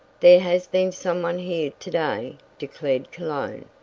there has been some one here to-day, declared cologne,